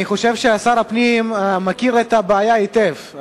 אני חושב ששר הפנים מכיר את הבעיה היטב.